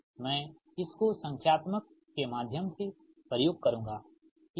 मैं मैं इसको संख्यात्मक के माध्यम से प्रयोग करुंगा ठीक है